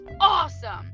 awesome